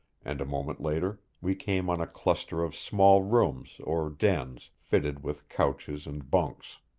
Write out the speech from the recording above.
and a moment later we came on a cluster of small rooms or dens, fitted with couches and bunks.